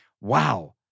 wow